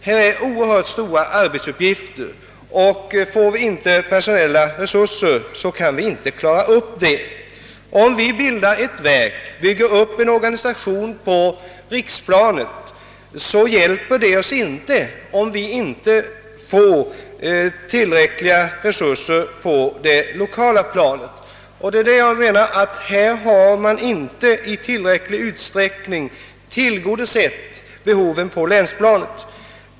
Här finns oerhört stora uppgifter, och får vi inte personella resurser kan vi inte fullgöra dem. Om man inrättar ett verk och därmed bygger upp en organisation på riksplanet så hjälper det oss inte, om vi inte får tillräckliga resurser på det 1okala planet. Jag menar att man inte i tillräcklig utsträckning tillgodosett behovet på länsplanet.